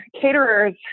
caterers